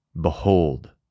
behold